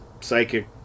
psychic